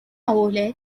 ولدت